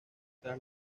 tras